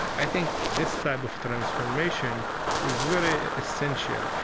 i think this type of transformation is very essential.